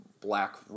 black